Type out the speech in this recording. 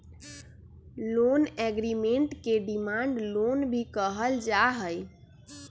loan agreement के demand loan भी कहल जा हई